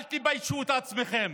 אל תביישו את עצמכם